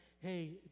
Hey